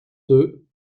deux